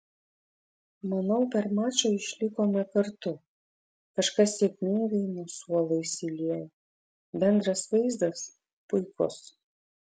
manau per mačą išlikome kartu kažkas sėkmingai nuo suolo įsiliejo bendras vaizdas puikus